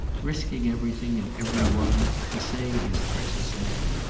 risking everything and every one to save his precious neck.